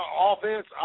offense